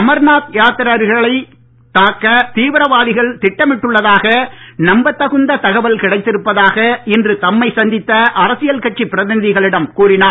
அமர்நாத் யாத்திரிகர்களைத் தாக்க தீவிரவாதிகள் திட்டமிட்டுள்ளதாக நம்பத் தகுந்த தகவல் கிடைத்திருப்பதாக இன்று தம்மை சந்தித்த அரசியல் கட்சிப் பிரதிநிதிகளிடம் கூறினார்